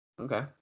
Okay